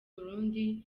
burundi